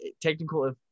technical